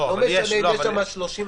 לא משנה אם יש שם 37,